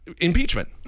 impeachment